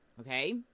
okay